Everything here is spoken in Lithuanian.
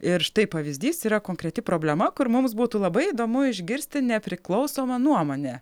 ir štai pavyzdys yra konkreti problema kur mums būtų labai įdomu išgirsti nepriklausomą nuomonę